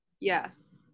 Yes